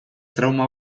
trauma